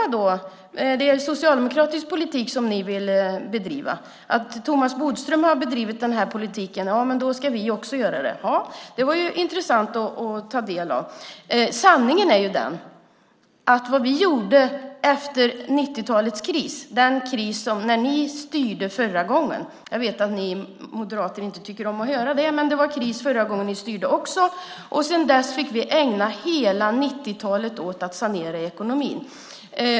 Är det socialdemokratisk politik ni vill bedriva? Ska ni bedriva den politik som Thomas Bodström bedrev? Det var intressant. Jag vet att ni moderater inte tycker om att höra det, men det var kris förra gången ni styrde också. Sanningen är att vi sedan fick ägna resten av 90-talet åt att sanera i ekonomin.